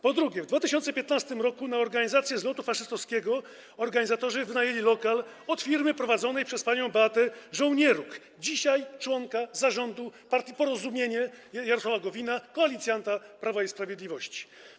Po drugie, w 2015 r. na organizację zlotu faszystowskiego organizatorzy wynajęli lokal od firmy prowadzonej przez panią Beatę Żołnieruk, dzisiaj członka zarządu partii Porozumienie Jarosława Gowina, koalicjanta Prawa i Sprawiedliwości.